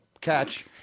catch